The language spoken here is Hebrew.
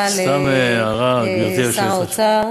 סתם הערה, גברתי היושבת-ראש.